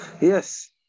Yes